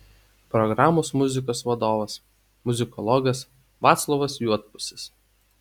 programos muzikos vadovas muzikologas vaclovas juodpusis